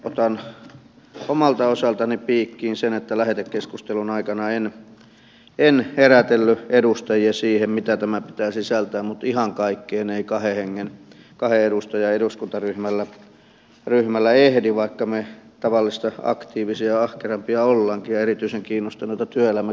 otan omalta osaltani piikkiin sen että lähetekeskustelun aikana en herätellyt edustajia siihen mitä tämän pitää sisältää mutta ihan kaikkeen ei kahden edustajan eduskuntaryhmällä ehdi vaikka me tavallista aktiivisempia ja ahkerampia olemmekin ja erityisen kiinnostuneita työelämäkysymyksistä